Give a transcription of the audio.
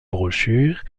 brochures